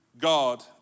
God